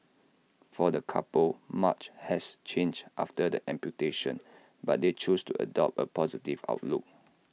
for the couple much has changed after the amputation but they choose to adopt A positive outlook